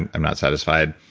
i'm not satisfied,